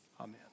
Amen